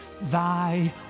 Thy